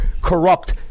corrupt